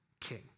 king